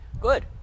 Good